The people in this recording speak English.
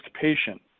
patient